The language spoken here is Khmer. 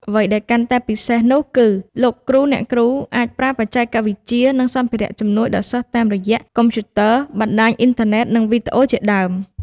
អ្វីដែលកាន់តែពិសេសនោះគឺលោកគ្រូអ្នកគ្រូអាចប្រើបច្ចេកវិទ្យា និងសម្ភារៈជំនួយដល់សិស្សតាមរយៈ កុំព្យូទ័រ បណ្ដាញអុីនធឺណេតនិងវីដេអូជាដើម។